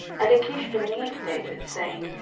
and achish believed david, saying,